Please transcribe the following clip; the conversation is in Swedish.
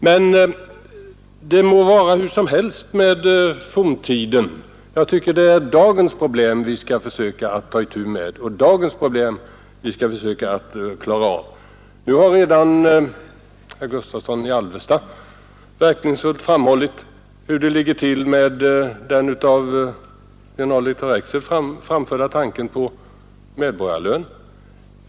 Men det må vara hur som helst med forntiden; jag tycker det är dagens problem vi skall försöka att ta itu med och dagens problem vi skall försöka klara av. Nu har redan herr Gustavsson i Alvesta verkningsfullt framhållit hur det ligger till med den av generaldirektör Rexed framförda tanken på medborgarlön.